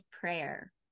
prayer